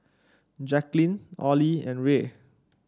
Jacquline Olie and Rae